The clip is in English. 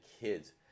kids